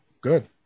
good